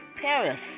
Paris